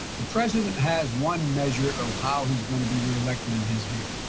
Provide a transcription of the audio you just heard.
the president has one measure of how he's going to be reelected, in his view,